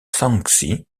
shaanxi